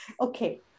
Okay